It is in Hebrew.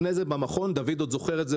לפני כן במכון דוד אזולאי עוד זוכר את זה,